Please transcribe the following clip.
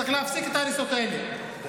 צריך להפסיק את ההריסות האלה.